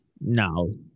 No